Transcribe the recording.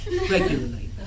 regularly